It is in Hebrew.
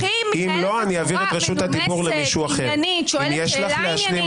חבר הכנסת גלעד קריב, יש לך שאלה או הערה?